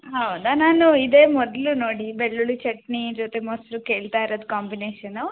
ಹೌದಾ ನಾನು ಇದೇ ಮೊದಲು ನೋಡಿ ಬೆಳ್ಳುಳ್ಳಿ ಚಟ್ನಿ ಜೊತೆ ಮೊಸರು ಕೇಳ್ತಾ ಇರೋದ್ ಕಾಂಬಿನೇಷನು